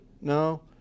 No